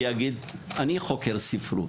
ויגיד: "אני חוקר ספרות.